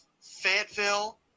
Fayetteville